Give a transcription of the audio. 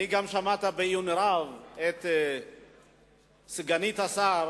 גם שמעתי בעיון רב את סגנית השר